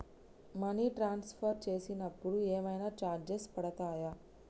Money transfer చేసినప్పుడు ఏమైనా charges పడతయా?